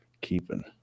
keeping